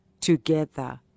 together